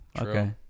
okay